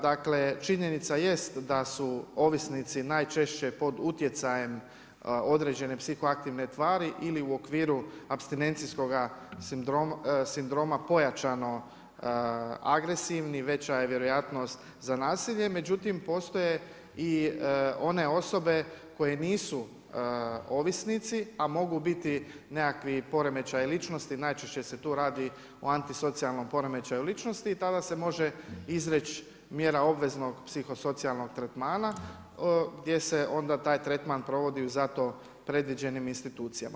Dakle, činjenica jest da su ovisnici najčešće pod utjecajem određene psiho-aktivne tvari ili u okviru apstinencijskoga sindroma pojačano agresivni, veća je vjerojatnost za nasilje, međutim, postoje i one osobe koje nisu ovisnici a mogu biti nekakvi poremećaji ličnosti, najčešće se tu radi o antisocijalnom poremećaju ličnosti, tada se može izreći mjera obveznog psiho-socijalnog tretmana gdje se onda taj tretman provodi u za to predviđenim institucijama.